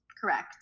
Correct